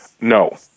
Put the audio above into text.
no